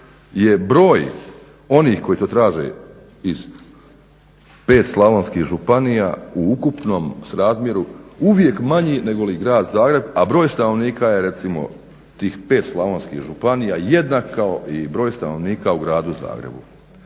je broj onih koji to traže iz 5 slavonskih županija u ukupnom srazmjeru uvijek mali negoli grad Zagreb, a broj stanovnika je recimo tih 5 slavonskih županija jednak kao i broj stanovnika u gradu Zagrebu.